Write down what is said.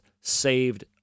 saved